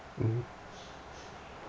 mm